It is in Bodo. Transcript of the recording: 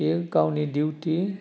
बेयो गावनि डिउटि